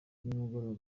nimugoroba